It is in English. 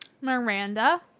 Miranda